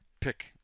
pick